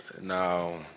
Now